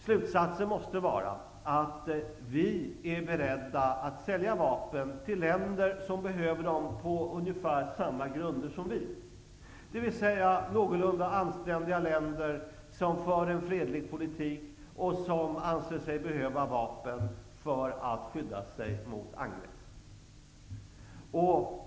Slutsatsen måste vara att vi är beredda att sälja vapen till länder som behöver dem på ungefär samma grunder som vi gör, d.v.s. någorlunda anständiga länder som för en fredlig politik och som anser sig behöva vapen för att skydda sig mot angrepp.